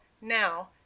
now